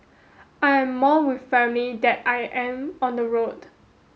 I am more with family than I am on the road